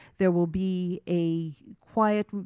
there will be a quiet,